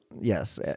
yes